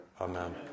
Amen